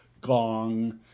Gong